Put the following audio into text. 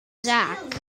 zaak